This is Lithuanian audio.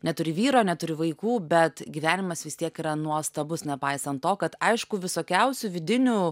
neturi vyro neturi vaikų bet gyvenimas vis tiek yra nuostabus nepaisant to kad aišku visokiausių vidinių